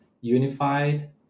unified